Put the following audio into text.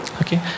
Okay